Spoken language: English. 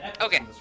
okay